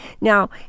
now